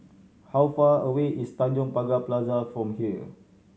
how far away is Tanjong Pagar Plaza from here